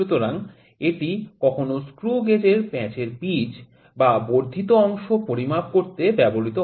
সুতরাং এটি কোনও স্ক্রু এর প্যাঁচের পিচ বা বর্ধিত অংশ পরিমাপ করতে ব্যবহৃত হয়